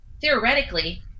Theoretically